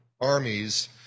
armies